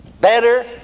Better